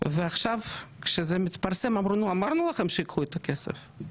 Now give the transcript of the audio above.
ועכשיו כשזה מתפרסם אומרים לי: אמרנו לכם שייקחו את הכסף.